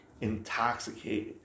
intoxicated